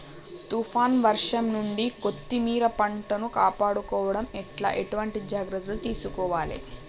తుఫాన్ వర్షం నుండి కొత్తిమీర పంటను కాపాడుకోవడం ఎట్ల ఎటువంటి జాగ్రత్తలు తీసుకోవాలే?